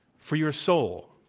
for your soul.